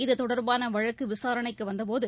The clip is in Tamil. இதுதொடர்பானவழக்குவிசாரணைக்குவந்தபோது